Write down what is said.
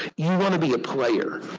you want to be a player.